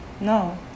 no